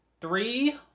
three